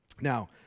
Now